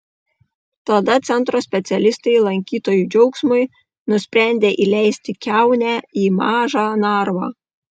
tada centro specialistai lankytojų džiaugsmui nusprendė įleisti kiaunę į mažą narvą